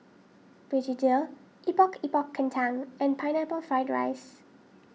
Begedil Epok Epok Kentang and Pineapple Fried Rice